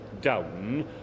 down